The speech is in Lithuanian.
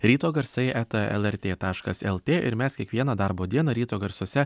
ryto garsai eta lrt taškas lt ir mes kiekvieną darbo dieną ryto garsuose